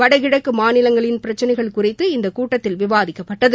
வடகிழக்கு மாநிலங்களின் பிரச்சனைகள் குறித்து இந்த கூட்டத்தில் விவாதிக்கப்பட்டது